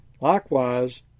Likewise